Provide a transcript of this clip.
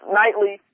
nightly